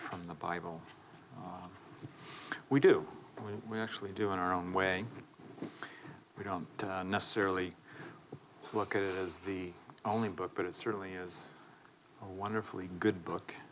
a bible we do we actually do in our own way we don't necessarily look at it is the only book but it certainly is a wonderfully good book